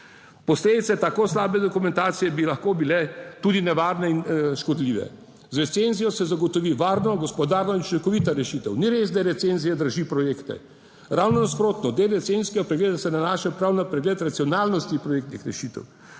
Posledice tako slabe dokumentacije bi lahko bile tudi nevarne in škodljive. Z recenzijo se zagotovi varno, gospodarno in učinkovita rešitev. Ni res, da je recenzija drži projekte. Ravno nasprotno, del recenzijega pregleda se nanaša prav na pregled racionalnosti projektnih rešitev.